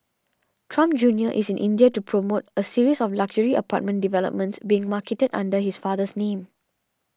Trump Junior is in India to promote a series of luxury apartment developments being marketed under his father's name